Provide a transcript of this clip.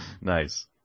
nice